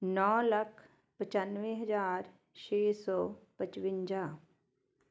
ਨੌਂ ਲੱਖ ਪਚਾਨਵੇਂ ਹਜ਼ਾਰ ਛੇ ਸੌ ਪਚਵਿੰਜਾ